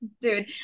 dude